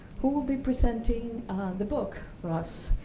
who will be presenting the book for us.